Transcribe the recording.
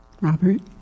Robert